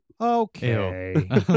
Okay